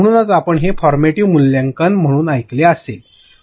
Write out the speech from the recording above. म्हणूनच आपण हे फॉरमॅटीव्ह मूल्यांकन म्हणून ऐकले असेलच